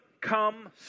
come